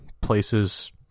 places